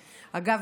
אגב,